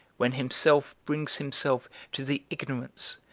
when himself brings himself to the ignorance,